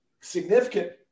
significant